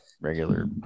regular